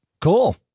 Cool